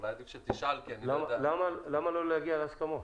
אולי עדיף שתשאל --- למה לא להגיע להסכמות?